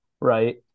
right